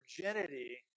virginity